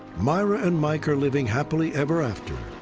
myra and mike are living happily ever after.